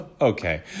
okay